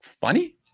funny